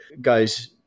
guys